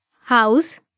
house